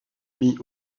soumis